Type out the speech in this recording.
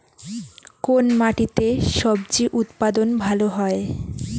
কোন মাটিতে স্বজি উৎপাদন ভালো হয়?